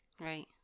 Right